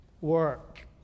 work